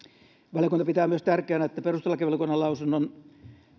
valiokunta pitää myös tärkeänä että perustuslakivaliokunnan lausunnon